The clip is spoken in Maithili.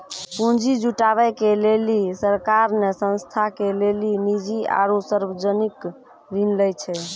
पुन्जी जुटावे के लेली सरकार ने संस्था के लेली निजी आरू सर्वजनिक ऋण लै छै